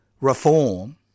reform